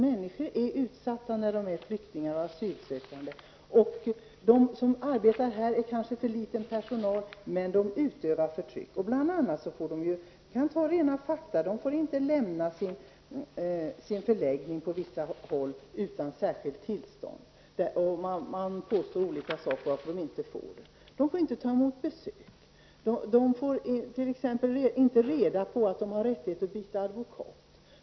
Människor är utsatta när de är flyktingar och asylsökande. Det är kanske en för liten personal som arbetar här, men den utövar förtryck. Vi kan ta rena fakta. Flyktingarna får på sina håll inte lämna sin förläggning utan särskilt tillstånd. Man påstår olika saker som skäl för detta. De får inte ta emot besök. De får t.ex. inte reda på att de har rättighet att byta advokat.